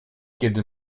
kiedy